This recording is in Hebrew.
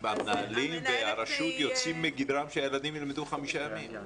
המנהלים והרשות יוצאים מגדרם שהילדים ילמדו חמישה ימים.